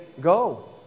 go